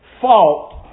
fault